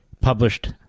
published